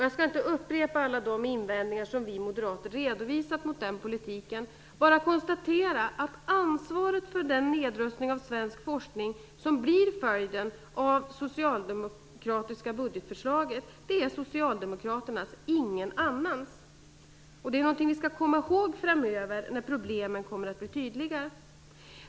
Jag skall inte upprepa alla invändningar vi moderater redovisat mot den politiken. Jag skall bara konstatera att ansvaret för den nedrustning av svensk forskning som blir följden av det socialdemokratiska budgetförslaget är socialdemokraternas - ingen annans. Det är något som vi skall komma ihåg framöver när problemen kommer att blir tydliga.